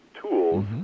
tools